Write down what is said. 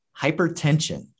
Hypertension